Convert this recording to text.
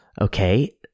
okay